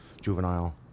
juvenile